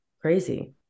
crazy